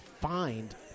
find